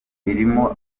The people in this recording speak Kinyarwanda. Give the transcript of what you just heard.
irimo